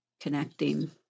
connecting